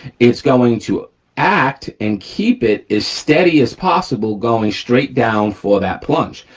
it's going to act and keep it as steady as possible going straight down for that plunge.